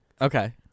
Okay